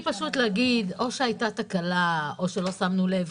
פשוט להגיד או שהייתה תקלה או שלא שמנו לב,